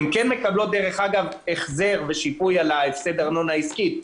הן מקבלות החזר ושיפוי על הוויתור על הארנונה העסקית,